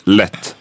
lätt